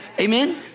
Amen